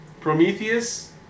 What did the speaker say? Prometheus